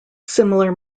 similar